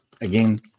again